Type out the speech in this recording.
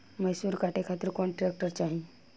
मैसूर काटे खातिर कौन ट्रैक्टर चाहीं?